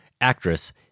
Actress